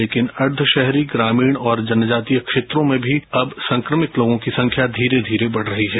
लेकिन अर्धशहरी ग्रामीणऔर जनजातीय क्षेत्रों में भी अब संक्रमित लोगों की संख्या धीरे धीरे बढ़ रही है